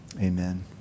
amen